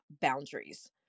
boundaries